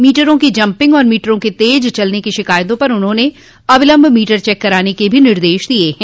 मीटरों की जम्पिंग और मीटरों के तेज चलने की शिकायतो पर उन्होंने अविलम्ब मीटर चेक कराने के भी निर्देश दिये हैं